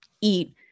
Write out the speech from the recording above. eat